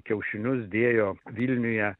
kiaušinius dėjo vilniuje